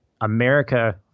America